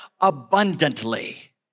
abundantly